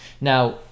Now